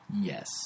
Yes